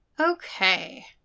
Okay